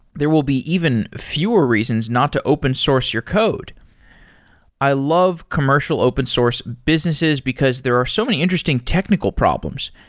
there will be even fewer reasons not to open source your code i love commercial open source businesses, because there are so many interesting technical problems.